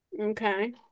Okay